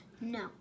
No